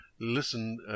listen